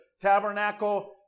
tabernacle